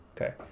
Okay